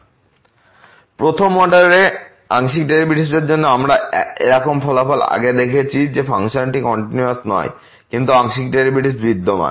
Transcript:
fxyx3y3x yx≠y 0elsewhere প্রথম অর্ডারের আংশিক ডেরিভেটিভসের জন্য আমরা এরকম ফলাফল আগে দেখেছি যে ফাংশনটি কন্টিনিউয়াসনয় কিন্তু আংশিক ডেরিভেটিভস বিদ্যমান